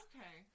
Okay